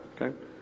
Okay